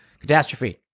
catastrophe